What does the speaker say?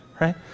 right